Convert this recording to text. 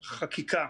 חקיקה.